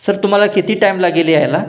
sir तुम्हाला किती time लागेल यायला